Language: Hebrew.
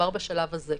כבר בשלב הזה,